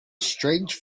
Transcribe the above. strange